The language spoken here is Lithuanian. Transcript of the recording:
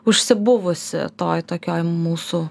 užsibuvusi toj tokioj mūsų